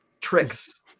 tricks